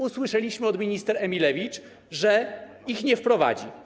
Usłyszeliśmy od minister Emilewicz, że ich nie wprowadzi.